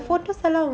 ya